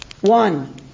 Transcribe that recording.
one